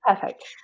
Perfect